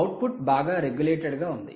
output బాగా regulated గా ఉంది